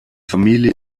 familie